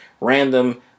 random